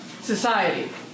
society